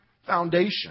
Foundation